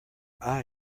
eye